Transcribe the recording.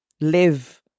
live